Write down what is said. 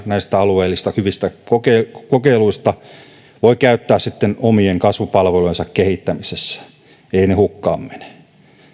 näistä alueellisista hyvistä kokeiluista kokeiluista koottuja kokemuksia käyttää omien kasvupalvelujen kehittämisessä eivät ne hukkaan mene